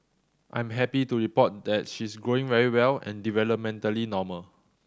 I'm happy to report that she's growing very well and developmentally normal